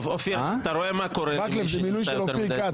אופיר, אתה רואה מה קורה למי שנמצא יותר זמן?